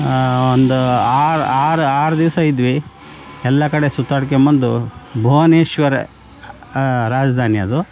ಒಂದು ಆರು ಆರು ಆರು ದಿವಸ ಇದ್ವಿ ಎಲ್ಲ ಕಡೆ ಸುತ್ತಾಡ್ಕೊಂಬಂದು ಭುವನೇಶ್ವರ ರಾಜಧಾನಿ ಅದು